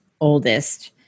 oldest